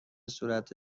صورت